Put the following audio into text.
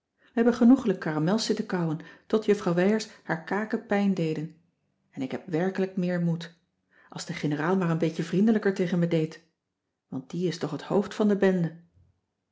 we hebben genoegelijk caramels zitten kauwen tot juffrouw wijers haar kaken pijn deden en ik heb werkelijk meer moed als de generaal maar een beetje vriendelijker tegen me deed want die is toch het hoofd van de bende